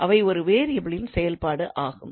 எனவே அவை ஒரு வேரியபிளின் செயல்பாடு ஆகும்